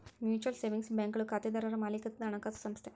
mutual savings ಬ್ಯಾಂಕ್ಗಳು ಖಾತೆದಾರರ್ ಮಾಲೇಕತ್ವದ ಹಣಕಾಸು ಸಂಸ್ಥೆ